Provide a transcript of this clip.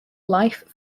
life